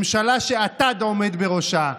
ממשלה שאטד עומד בראשה.